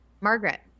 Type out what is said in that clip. Margaret